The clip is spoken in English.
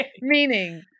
meaning